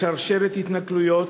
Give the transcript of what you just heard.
בשרשרת התנכלויות